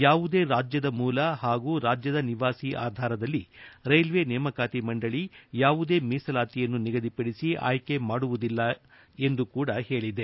ಯಾವುದೇ ರಾಜ್ಯದ ಮೂಲ ಹಾಗೂ ರಾಜ್ಯದ ನಿವಾಸಿ ಆಧಾರದಲ್ಲಿ ರೈಲ್ವೆ ನೇಮಕಾತಿ ಮಂಡಳಿ ಯಾವುದೇ ಮೀಸಲಾತಿಯನ್ನು ನಿಗದಿಪಡಿಸಿ ಆಯ್ನೆ ಮಾಡುವುದಿಲ್ಲ ಎಂದು ಕೂಡ ಹೇಳಿದೆ